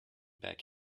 back